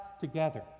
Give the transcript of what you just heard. together